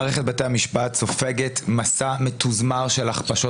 מערכת בתי המשפט כבר שנים סופגת מסע מתוזמר של הכפשות